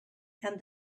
and